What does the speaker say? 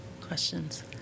Questions